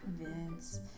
Vince